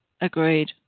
Agreed